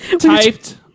typed